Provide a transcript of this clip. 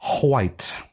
white